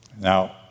Now